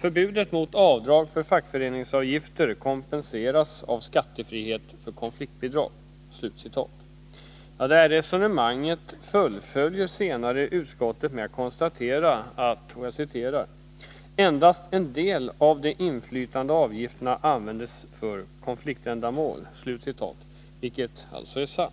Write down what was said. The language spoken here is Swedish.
”förbudet mot avdrag för fackföreningsavgifter kompenseras av skattefrihet för konfliktbidrag”. Detta resonemang fullföljer senare utskottet med att konstatera att ”endast en del av de inflytande avgifterna används för konfliktändamål”, vilket är sant.